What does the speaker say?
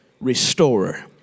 restorer